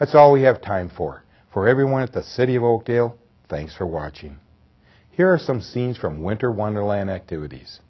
that's all we have time for for everyone at the city of oakdale thanks for watching here are some scenes from winter wonderland activities